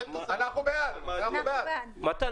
שהתקיים בו אחד מאלה: הוא בעל מכסה שייצר כדין עד